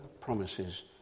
promises